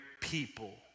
people